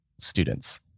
students